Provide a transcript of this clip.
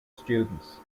students